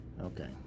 Okay